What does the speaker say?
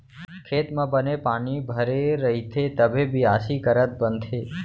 खेत म बने पानी भरे रइथे तभे बियासी करत बनथे